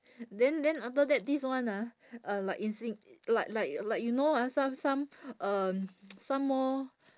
then then after that this one ah uh like in sing~ like like like you know ah some some um some more